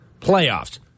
playoffs